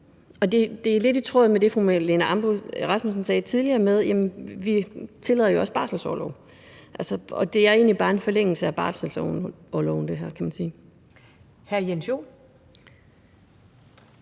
Det er lidt i tråd med det, fru Marlene Ambo-Rasmussen sagde tidligere med, at vi jo også tillader barselsorlov, og det her er egentlig bare en forlængelse af barselsorloven,